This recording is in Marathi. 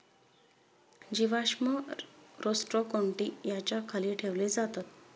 जीवाश्म रोस्ट्रोकोन्टि याच्या खाली ठेवले जातात